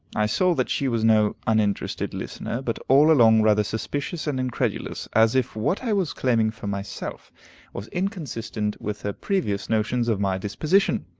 i saw that she was no uninterested listener, but all along rather suspicious and incredulous, as if what i was claiming for myself was inconsistent with her previous notions of my disposition.